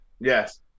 Yes